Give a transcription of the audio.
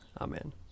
Amen